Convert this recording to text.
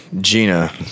Gina